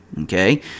Okay